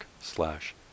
slash